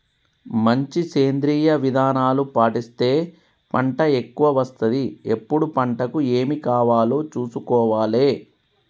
మంచి సేంద్రియ విధానాలు పాటిస్తే పంట ఎక్కవ వస్తది ఎప్పుడు పంటకు ఏమి కావాలో చూసుకోవాలే